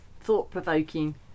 thought-provoking